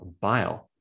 bile